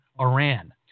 Iran